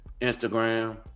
Instagram